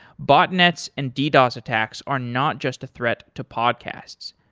botnets and ddos attacks are not just a threat to podcasts.